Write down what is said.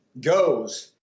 goes